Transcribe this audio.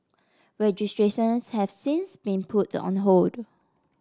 registrations have since been put on hold